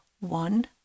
one